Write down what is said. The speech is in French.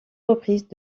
reprises